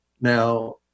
Now